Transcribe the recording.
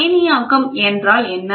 அயனியாக்கம் என்றால் என்ன